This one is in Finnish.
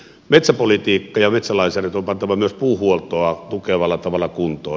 metsäpolitiikka ja metsälainsäädäntö on pantava myös puuhuoltoa tukevalla tavalla kuntoon